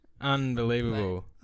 Unbelievable